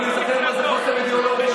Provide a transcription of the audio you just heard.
ולהיזכר מה זה חוסר אידיאולוגיה.